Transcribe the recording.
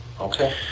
Okay